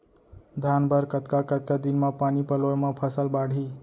धान बर कतका कतका दिन म पानी पलोय म फसल बाड़ही?